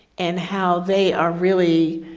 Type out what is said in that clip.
and how they are really,